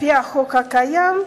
על-פי החוק הקיים,